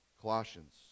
Colossians